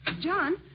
John